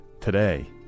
today